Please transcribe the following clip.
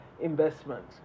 investment